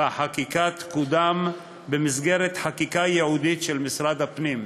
והחקיקה תקודם במסגרת חקיקה ייעודית של משרד הפנים.